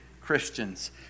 Christians